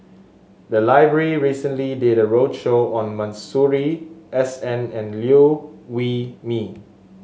the library recently did a roadshow on Masuri S N and Liew Wee Mee